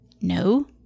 No